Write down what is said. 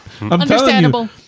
Understandable